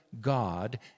God